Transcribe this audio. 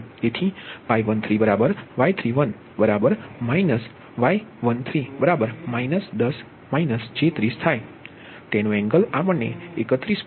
તેથી Y13Y31 y13 તેનો angle 31